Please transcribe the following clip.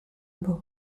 bow